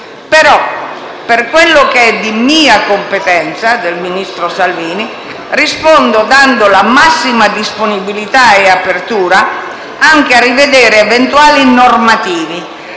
però per quanto di sua competenza (del ministro Salvini) ha risposto dando la massima disponibilità e apertura anche a rivedere eventuali normative,